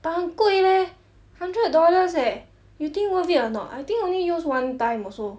but 很贵 leh hundred dollars eh you think worth it or not I think only use one time also